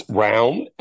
round